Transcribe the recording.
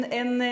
en